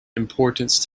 importance